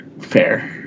fair